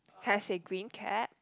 has a green cap